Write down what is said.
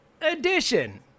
edition